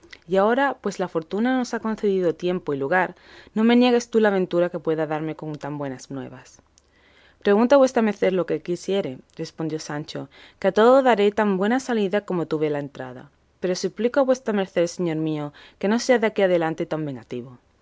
y ahora pues la fortuna nos ha concedido tiempo y lugar no me niegues tú la ventura que puedes darme con tan buenas nuevas pregunte vuestra merced lo que quisiere respondió sancho que a todo daré tan buena salida como tuve la entrada pero suplico a vuestra merced señor mío que no sea de aquí adelante tan vengativo